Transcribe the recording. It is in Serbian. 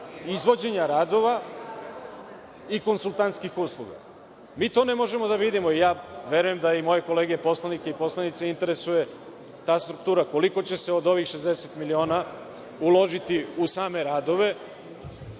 izvođenja radova i konsultantskih usluga? Mi to ne možemo da vidimo. Verujem da i moje kolege poslanike i poslanice interesuje ta struktura. Koliko će se od ovih 60 miliona uložiti u same radove